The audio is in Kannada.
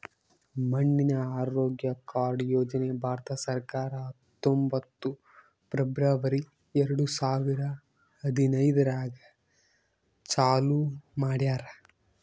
ಮಣ್ಣಿನ ಆರೋಗ್ಯ ಕಾರ್ಡ್ ಯೋಜನೆ ಭಾರತ ಸರ್ಕಾರ ಹತ್ತೊಂಬತ್ತು ಫೆಬ್ರವರಿ ಎರಡು ಸಾವಿರ ಹದಿನೈದರಾಗ್ ಚಾಲೂ ಮಾಡ್ಯಾರ್